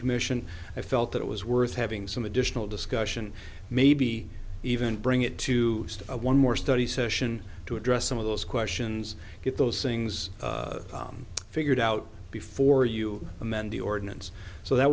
commission i felt that it was worth having some additional discussion maybe even bring it to one more study session to address some of those questions get those things figured out before you amend the ordinance so that